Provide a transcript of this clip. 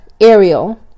Ariel